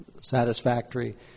satisfactory